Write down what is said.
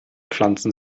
pflanzen